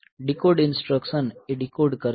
decode instruction એ decode કરશે